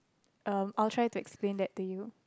um I'll try to explain that to you